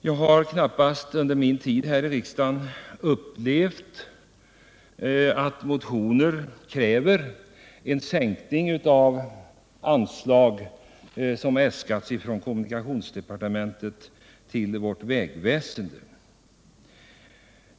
Jag har under min tid i riksdagen aldrig upplevt att motioner krävt en sänkning av anslag som äskats av kommunikationsdepartementet till vårt vägväsende.